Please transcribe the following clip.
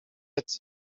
هقت